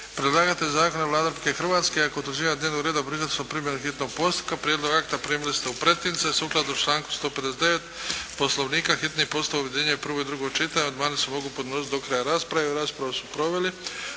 Predlagatelj zakona je Vlada Republike Hrvatske. Kod utvrđivanja dnevnog reda prihvatili smo primjenu hitnog postupka. Prijedlog akta primili ste u pretince. Sukladno članku 159. poslovnika hitni postupak objedinjuje prvo i drugo čitanje. Amandmani se mogu podnositi do kraja rasprave. Raspravu su proveli